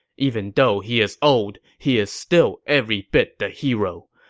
even though he is old, he is still every bit the hero.